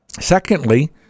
Secondly